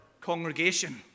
congregation